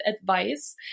advice